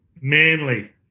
manly